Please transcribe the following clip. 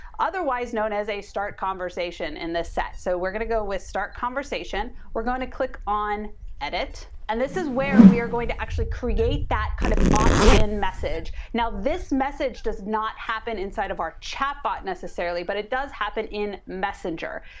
otherwise known as a start conversation in this set. so we're gonna go with start conversation. we're going to click on edit, and this is where we are going to actually create that kind of opt in message. now this message does not happen inside of our chatbot necessarily but it does happen in messenger.